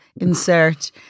insert